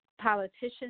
politicians